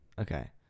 okay